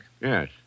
Yes